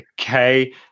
okay